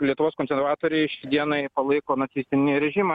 lietuvos konservatoriai šiai dienai palaiko nacistinį režimą